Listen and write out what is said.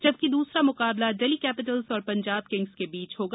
जबकि दूसरा मुकाबला डेल्ही कैपिटल्स और पंजाब किंग्स के बीच होगा